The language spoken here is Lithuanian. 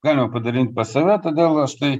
galima padaryt pas save todėl aš tai